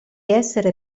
essere